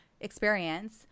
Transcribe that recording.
experience